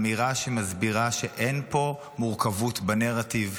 אמירה שמסבירה שאין פה מורכבות בנרטיב.